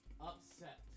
upset